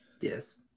Yes